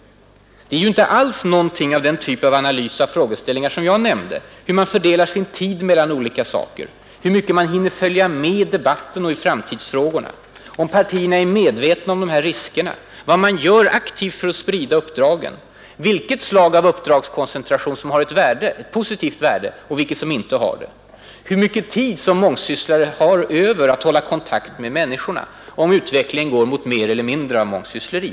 Det är inte alls fråga om någon sådan analys av olika frågeställningar som jag nämnt: hur man fördelar sin tid mellan olika aktiviteter, hur mycket man hinner följa med i debatten och i framtidsfrågorna, om partierna är medvetna om riskerna i detta sammanhang, vad man gör aktivt för att sprida uppdragen, vilket slag av uppdragskoncentration som har ett positivt värde från bl.a. samordningssynpunkt och vilket som inte har det, hur mycket tid mångsysslarna har över att hålla kontakt med människorna och om utvecklingen går mot mer eller mindre av mångsyssleri.